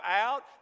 out